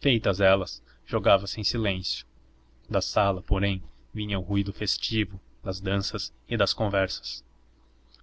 feitas elas jogava se em silêncio da sala porém vinha o ruído festivo das danças e das conversas